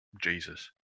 Jesus